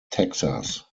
texas